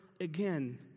again